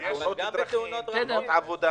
תאונות דרכים, תאונות עבודה